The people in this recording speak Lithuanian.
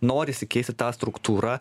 norisi keisti tą struktūrą